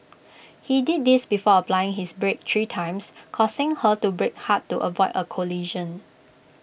he did this before applying his brakes three times causing her to brake hard to avoid A collision